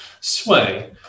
sway